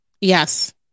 Yes